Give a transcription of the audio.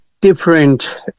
different